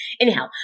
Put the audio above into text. Anyhow